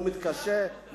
הוא מתקשה,